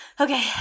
Okay